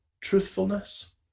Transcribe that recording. truthfulness